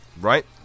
right